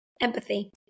Empathy